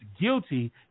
guilty